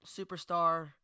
superstar